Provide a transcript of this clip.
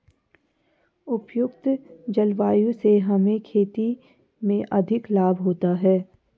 उपयुक्त जलवायु से हमें खेती में अधिक लाभ होता है